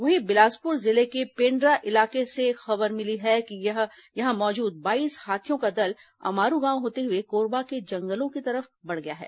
वहीं बिलासपुर जिले के पेंड्रा इलाके से खबर मिली है कि यह मौजूद बाईस हाथियों का दल अमारू गांव होते हुए कोरबा के जंगलों की तरफ बढ़ गया है